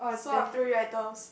so I have three items